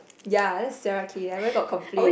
ya that's Sarah okay I where got complain